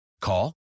Call